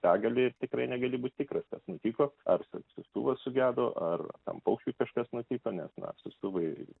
begalė ir tikrai negali būt tikras kas nutiko ar siųstuvas sugedo ar tam paukščiui kažkas nutiko nes na siųstuvai